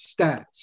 stats